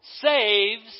Saves